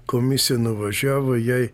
komisija nuvažiavo jai